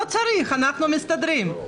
אתה אומר שהסתדרנו.